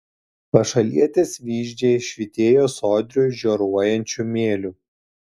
pašalietės vyzdžiai švytėjo sodriu žioruojančiu mėliu